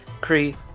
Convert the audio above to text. Kree